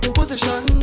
Position